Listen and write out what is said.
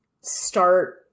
start